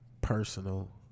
personal